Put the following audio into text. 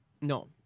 No